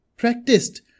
practiced